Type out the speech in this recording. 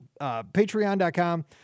Patreon.com